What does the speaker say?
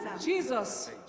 Jesus